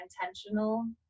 intentional